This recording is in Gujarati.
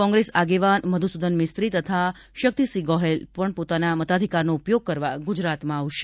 કોંગ્રેસ આગેવાન મધુસુદન મિસ્ત્રી તથા શક્તિસિંહ ગોહેલ મતાધિકારનો ઉપયોગ કરવા ગુજરાતમાં આવશે